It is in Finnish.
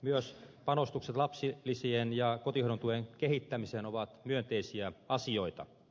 myös panostukset lapsilisien ja kotihoidon tuen kehittämiseen ovat myönteisiä asioita